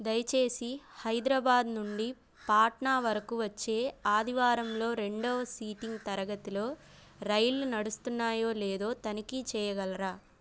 దయచేసి హైదరాబాద్ నుండి పాట్నా వరకు వచ్చే ఆదివారంలో రెండవ సీటింగ్ తరగతిలో రైళ్ళు నడుస్తున్నాయో లేదో తనిఖీ చేయగలరా